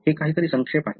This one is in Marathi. हे काहीतरी संक्षेप आहे